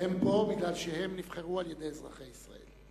הם פה כי הם נבחרו על-ידי אזרחי ישראל.